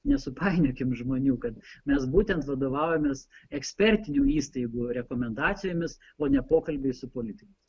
nesupainiokim žmonių kad mes būtent vadovaujamės ekspertinių įstaigų rekomendacijomis o ne pokalbiais su politikais